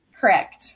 Correct